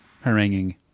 haranguing